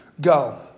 go